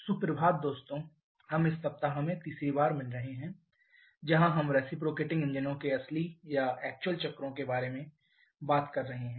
सुप्रभात दोस्तों हम इस सप्ताह में तीसरी बार मिल रहे हैं जहां हम रिसिप्रोकेटिंग इंजनों के लिए असली या एक्चुअल चक्रों के बारे में बात कर रहे हैं